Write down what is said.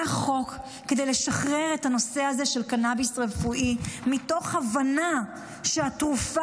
היה חוק כדי לשחרר את הנושא הזה של קנביס רפואי מתוך הבנה שהתרופה